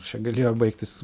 čia galėjo baigtis